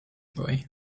joy